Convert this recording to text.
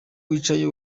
wicaye